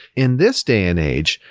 in this day and age,